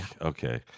Okay